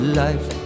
life